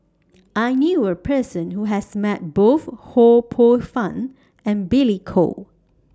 I knew A Person Who has Met Both Ho Poh Fun and Billy Koh